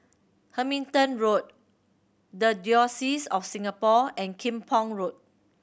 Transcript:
Hamilton Road The Diocese of Singapore and Kim Pong Road